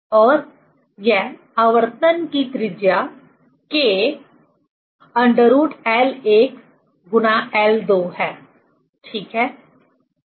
और यह आवर्तन की त्रिज्या K √ ठीक है